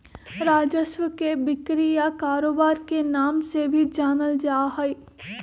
राजस्व के बिक्री या कारोबार के नाम से भी जानल जा हई